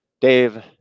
Dave